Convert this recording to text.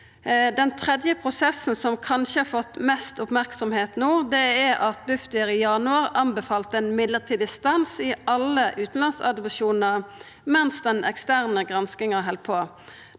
Den tredje prosessen, som kanskje har fått mest merksemd no, er at Bufdir i januar anbefalte ein mellombels stans i alle utanlandsadopsjonar mens den eksterne granskinga held på.